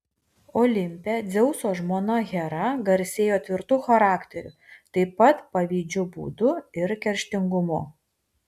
olimpe dzeuso žmona hera garsėjo tvirtu charakteriu taip pat pavydžiu būdu ir kerštingumu